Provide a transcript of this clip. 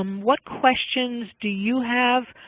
um what questions do you have